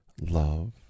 love